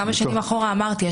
כמה שנים אחורה אמרתי.